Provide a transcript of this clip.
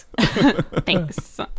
Thanks